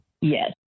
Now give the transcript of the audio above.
yes